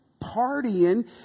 partying